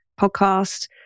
podcast